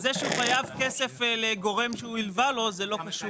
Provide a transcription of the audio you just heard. זה שהוא חייב כסף לגורם שהלווה לו זה לא קשור.